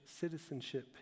citizenship